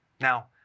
Now